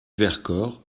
vercors